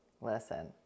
Listen